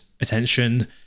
attention